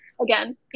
Again